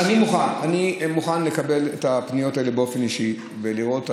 אני מוכן לקבל את הפניות האלו באופן אישי ולראות.